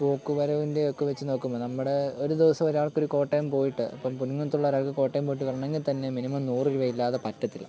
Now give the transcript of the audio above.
പോക്ക് വരവിൻ്റെയും ഒക്കെ വെച്ച് നോക്കുമ്പോൾ നമ്മുടെ ഒരു ദിവസം ഒരാൾക്കൊരു കോട്ടയം പോയിട്ട് ഇപ്പം പൊൻകുന്നത് ഉള്ള ഒരാൾക്ക് കോട്ടയം പോയിട്ട് വരണമെങ്കിൽ തന്നെ മിനിമം നൂറ് രൂപ ഇല്ലാതെ പറ്റത്തില്ല